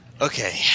Okay